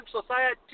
society